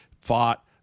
fought